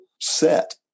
set